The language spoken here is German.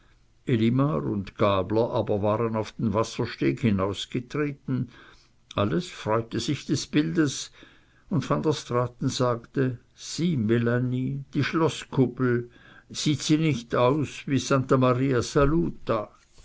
und gabler aber waren auf den wassersteg hinausgetreten alles freute sich des bildes und van der straaten sagte sieh melanie die schloßkuppel sieht sie nicht aus wie santa maria